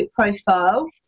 profile